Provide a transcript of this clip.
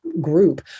group